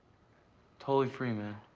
totally free, man.